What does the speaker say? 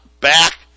back